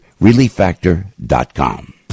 relieffactor.com